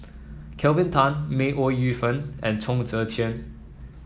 Kelvin Tan May Ooi Yu Fen and Chong Tze Chien